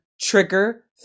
trigger